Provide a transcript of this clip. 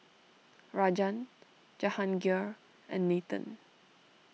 Rajan Jahangir and Nathan